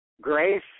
Grace